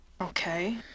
Okay